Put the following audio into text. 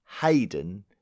Hayden